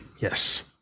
Yes